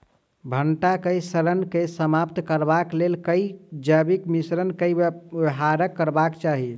भंटा केँ सड़न केँ समाप्त करबाक लेल केँ जैविक मिश्रण केँ व्यवहार करबाक चाहि?